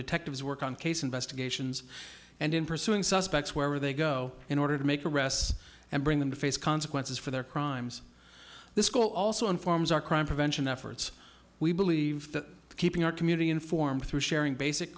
detectives work on case investigations and in pursuing suspects wherever they go in order to make arrests and bring them to face consequences for their crimes this school also informs our crime prevention efforts we believe that keeping our community informed through sharing basic